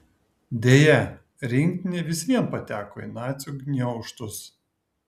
deja rinktinė vis vien pateko į nacių gniaužtus